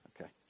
Okay